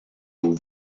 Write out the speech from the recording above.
aux